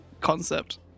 concept